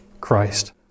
Christ